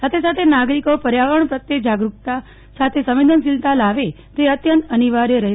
સાથે સાથે નાગરિકો પર્યાવરણ પ્રત્યે જાગરૂકતા સાથે સંવેદનશીલતા લાવે તે અત્યંત અનિવાર્ય રહેશે